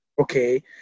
Okay